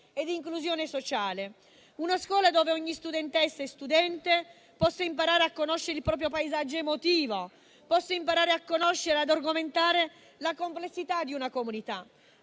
e di inclusione sociale. Una scuola dove ogni studentessa e studente possano imparare a conoscere il proprio paesaggio emotivo, possano imparare a conoscere e ad argomentare la complessità di una comunità.